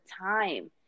time